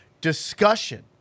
discussion